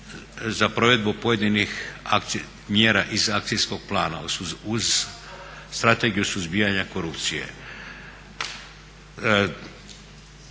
za provedbu pojedinih mjera iz akcijskog plana uz Strategiju suzbijanja korupcije.